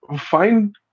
find